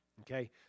Okay